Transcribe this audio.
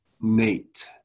Nate